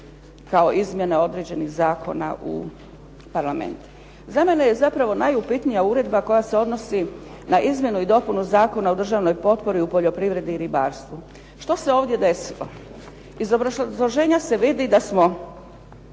kao izmjene određenih zakona u Parlament. Za mene je zapravo najupitnija uredba koja se odnosi na Izmjenu i dopunu Zakona o državnoj potpori u poljoprivredi i ribarstvu. Što se ovdje desilo? Iz obrazloženja se vidi da smo